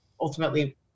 ultimately